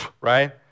Right